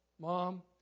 Mom